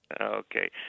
Okay